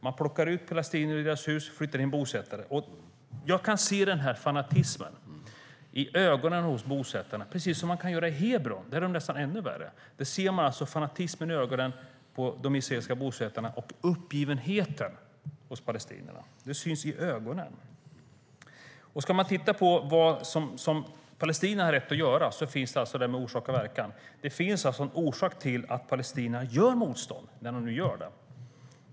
Man plockar ut palestinierna ur deras hus och flyttar in bosättare. Jag kan se fanatismen i bosättarnas ögon, precis som man kan göra i Hebron. Där är de nästan ännu värre. Där ser man fanatismen i ögonen på de israeliska bosättarna och uppgivenheten hos palestinierna. Det syns i ögonen. Om man ska titta på vad palestinierna har rätt att göra finns detta med orsak och verkan. Det finns en orsak till att palestinierna gör motstånd, när de gör det.